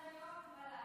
אני עונה לך.